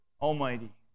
Almighty